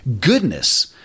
goodness